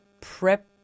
prep